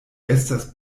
estas